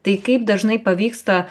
tai kaip dažnai pavyksta